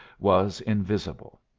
was invisible.